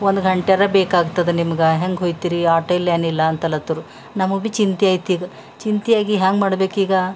ಒಂದು ಗಂಟ್ಯರ ಬೇಕಾಗ್ತದ ನಿಮಗ ಹೆಂಗೆ ಹೋಯ್ತಿರಿ ಆಟೋ ಇಲ್ಲ ಏನಿಲ್ಲ ಅಂತಲತ್ರು ನಮಗೆ ಬಿ ಚಿಂತೆ ಐತೀಗ ಚಿಂತೆ ಆಗಿ ಹ್ಯಾಂಗೆ ಮಾಡಬೇಕ್ಕೀಗ